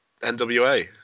NWA